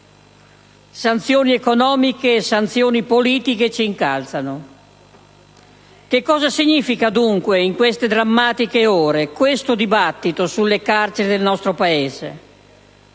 sanzioni economiche e sanzioni politiche ci incalzano. Che cosa significa dunque in queste drammatiche ore questo dibattito sulle carceri del nostro Paese?